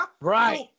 Right